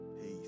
peace